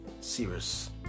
serious